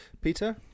Peter